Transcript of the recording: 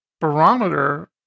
barometer